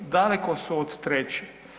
Daleko su od treće.